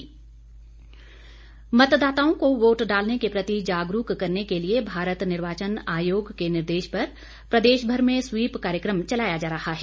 SVEEP कार्यक्रम मतदाताओं को वोट डालने के प्रति जागरूक करने के लिए भारत निर्वाचन आयोग के निर्देश पर प्रदेश भर में स्वीप कार्यक्रम चलाया जा रहा है